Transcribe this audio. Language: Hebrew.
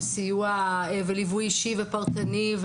ליווי אישי ופרטני.